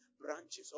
branches